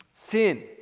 Sin